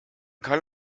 kann